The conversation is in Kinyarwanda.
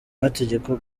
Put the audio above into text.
mategeko